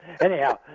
Anyhow